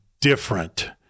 different